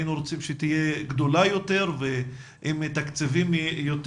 היינו רואים שתהיה גדולה יותר ועם תקציבים יותר